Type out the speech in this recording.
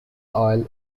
oil